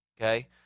okay